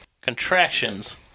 contractions